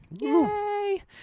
Yay